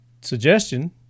Suggestion